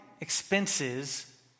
expenses